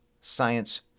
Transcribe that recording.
science